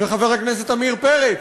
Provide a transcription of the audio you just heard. וחבר הכנסת עמיר פרץ,